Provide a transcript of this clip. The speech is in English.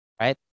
Right